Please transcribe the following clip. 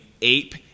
ape